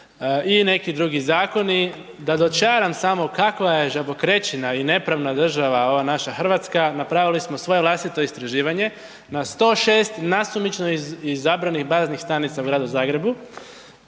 i neki drugi zakoni. Da dočaram samo kakva je žabokrečina i nepravna država, ova naša Hrvatska, napravili smo svoje vlastito istraživanje, na 106 nasumično izabranih baznih stanica u Gradu Zagrebu